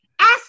Ask